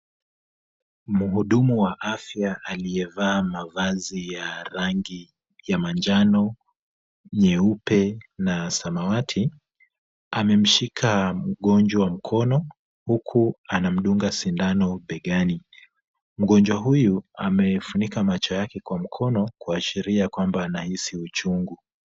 Mhudumu wa afya aliyevaa mavazi ya rangi ya manjano, nyeupe na samawati, amemshika mgonjwa mkono huku anamdunga sindano begani. Mgonjwa huyu amefunika macho yake kwa mkono kuashiria kwamba anahisi uchungu.